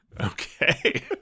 Okay